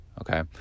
Okay